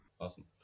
awesome